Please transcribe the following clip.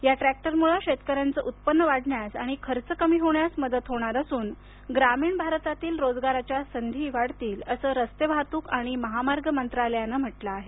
या ट्रॅक्टरमुळं शेतकऱ्यांचे उत्पन्न वाढण्यास आणि खर्च कमी होण्यास मदत होणार असून ग्रामीण भारतातील रोजगाराच्या संधीही वाढतील असं रस्ते वाहतूक आणि महामार्ग मंत्रालयानं म्हटलं आहे